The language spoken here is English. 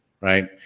right